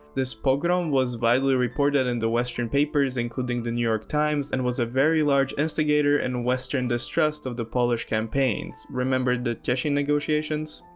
this pogrom was widely reported in the western papers including the new york times and was a very large instigator in and western distrust of the polish campaigns, remember the tesin negotiations,